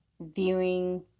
viewing